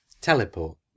Teleport